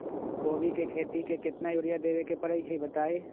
कोबी के खेती मे केतना यूरिया देबे परईछी बताई?